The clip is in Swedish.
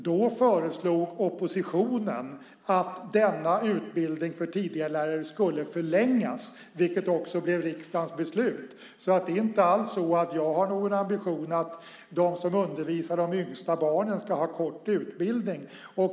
Då föreslog oppositionen att denna utbildning för tidigarelärare skulle förlängas, vilket också blev riksdagens beslut. Det är inte alls så att jag har någon ambition att de som undervisar de yngsta barnen ska ha kort utbildning.